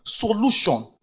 solution